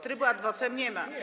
Trybu ad vocem nie ma.